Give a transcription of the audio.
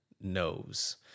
Knows